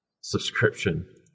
subscription